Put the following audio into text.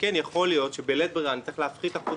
יכול להיות שבלית ברירה נצטרך להפחית אחוז